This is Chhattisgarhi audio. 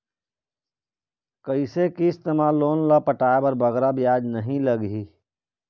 कइसे किस्त मा लोन ला पटाए बर बगरा ब्याज नहीं लगही?